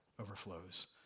overflows